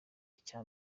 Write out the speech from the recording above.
icya